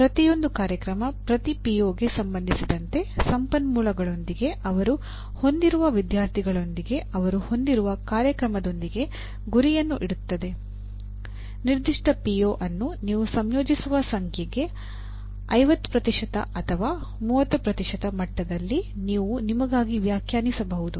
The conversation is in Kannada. ಪ್ರತಿಯೊಂದು ಕಾರ್ಯಕ್ರಮ ಪ್ರತಿ ಪಿಒಗೆ ಅನ್ನು ನೀವು ಸಂಯೋಜಿಸುವ ಸಂಖ್ಯೆಗೆ 50 ಅಥವಾ 30 ಮಟ್ಟದಲ್ಲಿ ನೀವು ನಿಮಗಾಗಿ ವ್ಯಾಖ್ಯಾನಿಸಬಹುದು